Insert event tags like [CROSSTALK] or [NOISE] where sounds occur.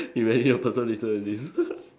imagine the person listen to this [LAUGHS]